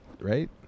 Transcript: Right